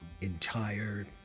entire